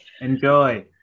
Enjoy